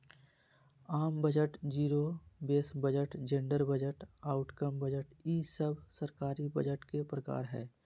आम budget, zero base budget, gender budget, outcome budget ई सब सरकारी बजट के प्रकार हय